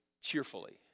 cheerfully